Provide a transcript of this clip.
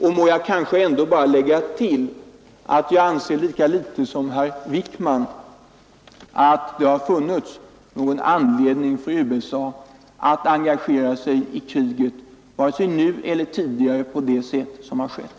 Får jag tillägga att jag, lika litet som herr Wijkman, anser att det funnits någon anledning för USA att engagera sig i kriget vare sig nu eller tidigare på det sätt som skett.